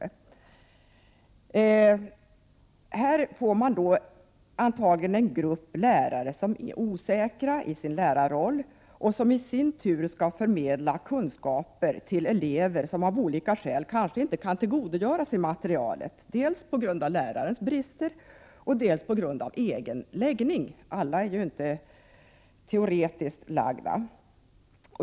Det betyder att man här antagligen får en grupp lärare som är osäkra i sin lärarroll och som i sin tur skall förmedla kunskaper till elever som av olika skäl kanske inte kan tillgodogöra sig materialet, dels på grund av lärarens brister, dels på grund av den egna läggningen — alla är ju inte teoretiskt lagda.